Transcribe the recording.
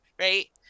right